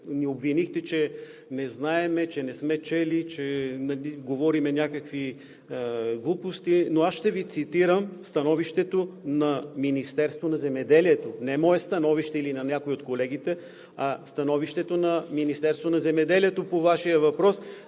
ни обвинихте, че не знаем, че не сме чели, че говорим някакви глупости. Но аз ще Ви цитирам становището на Министерството на земеделието, не мое становище или на някой от колегите, а становището на Министерството на земеделието по Вашия въпрос